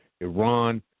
Iran